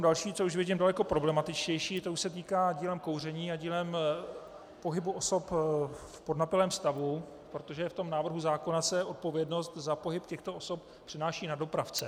Další, co už vidím daleko problematičtější, se týká dílem kouření a dílem pohybu osob v podnapilém stavu, protože v návrhu zákona se odpovědnost za pohyb těchto osob přenáší na dopravce.